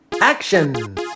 Action